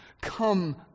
Come